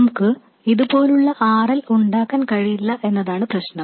നമുക്ക് ഇതുപോലുള്ള RL ഉണ്ടാക്കാൻ കഴിയില്ല എന്നതാണ് പ്രശ്നം